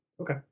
okay